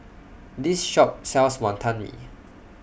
This Shop sells Wantan Mee